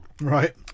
Right